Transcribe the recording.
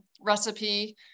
recipe